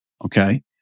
okay